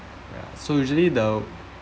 ya so usually the